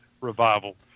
revival